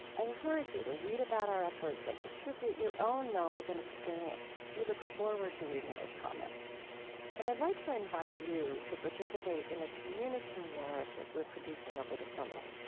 i encourage you to read about our efforts and contribute your own knowledge and experience. we look forward to reading those comments and i'd like to invite you to participate in a community narrative we're producing over the summer.